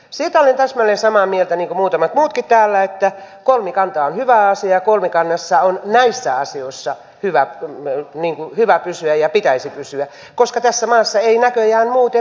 siitä olen täsmälleen samaa mieltä niin kuin muutamat muutkin täällä että kolmikanta on hyvä asia ja kolmikannassa on näissä asioissa hyvä pysyä ja pitäisi pysyä koska tässä maassa eivät näköjään muuten mene asiat eteenpäin